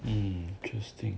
mm interesting